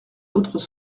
autres